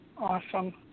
Awesome